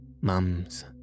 mums